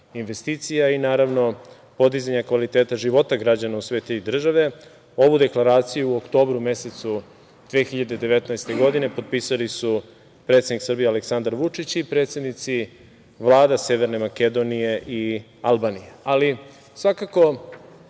investicija i podizanja kvaliteta života građana u sve tri države. Ovu Deklaraciju u oktobru mesecu 2019. godine potpisali su predsednik Srbije Aleksandar Vučić i predsednici vlada Severne Makedonije i Albanije. Dozvolite